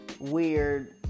weird